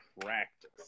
Practice